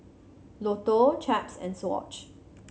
Lotto Chaps and Swatch